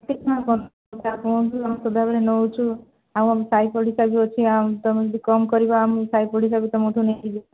ଠିକ କୁହନ୍ତୁ ଆମେ ତ ସଦାବେଳେ ନେଉଛୁ ଆଉ ଆମ ସାଇ ପଡ଼ିଶା ଵି ଅଛି ତେଣୁ ଟିକେ କମ କରିବ ଆମ ସାଇ ପଡ଼ିଶା ଵି ତୁମଠୁ ନେଇକି ଯିବେ